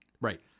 Right